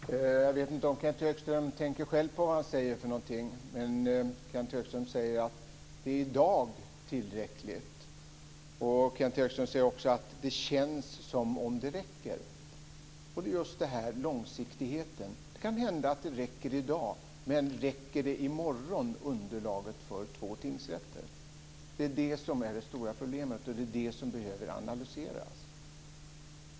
Herr talman! Jag vet inte om Kenth Högström själv tänker på vad han säger. Men han säger att det i dag är tillräckligt. Kenth Högström säger också att det känns som om det räcker. Och det är just långsiktigheten som det handlar om. Det kan hända att underlaget räcker i dag. Men räcker underlaget i morgon för två tingsrätter? Det är det som är det stora problemet, och det är det som behöver analyseras.